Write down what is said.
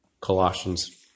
Colossians